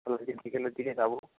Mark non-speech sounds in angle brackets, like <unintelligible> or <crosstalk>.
<unintelligible> আজকে বিকেলের দিকে যাবো